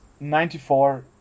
94